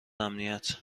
امنیت